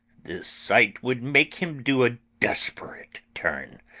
this sight would make him do a desperate turn,